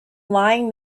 lying